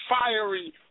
fiery